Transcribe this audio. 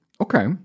Okay